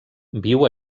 viu